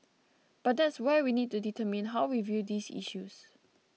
but that's where we need to determine how we view these issues